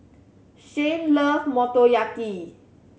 Shayne love Motoyaki